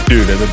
Dude